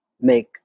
make